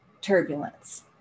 turbulence